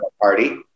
party